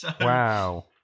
Wow